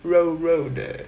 肉肉的